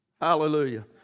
Hallelujah